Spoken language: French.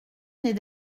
n’est